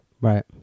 Right